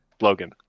Logan